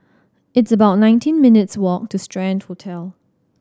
it's about nineteen minutes' walk to Strand Hotel